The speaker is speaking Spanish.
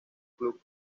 club